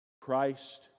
Christ